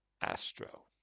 Astro